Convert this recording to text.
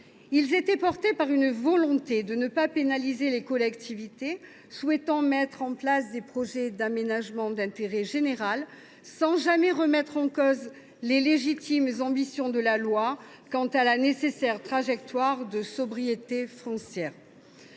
Ils étaient portés par une volonté de ne pas pénaliser les collectivités souhaitant mettre en place des projets d’aménagement d’intérêt général. Il ne s’agissait nullement de remettre en cause les légitimes ambitions de la loi quant à la nécessaire trajectoire de sobriété foncière.